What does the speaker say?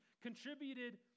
contributed